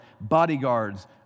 bodyguards